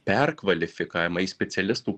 perkvalifikavimą į specialistų